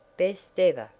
best ever,